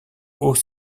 haut